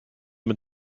mit